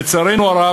לצערנו הרב,